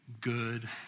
good